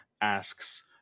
asks